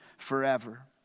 forever